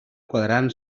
quadrant